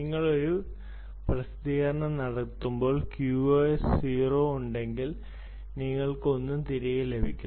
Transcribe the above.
നിങ്ങൾ ഒരു പ്രസിദ്ധീകരണം നടത്തുമ്പോൾ QoS 0 ഉണ്ടെങ്കിൽ നിങ്ങൾക്ക് ഒന്നും തിരികെ ലഭിക്കില്ല